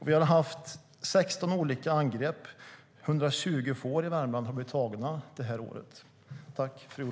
Vi har haft 16 olika angrepp i Värmland, och 120 får har blivit tagna det här året.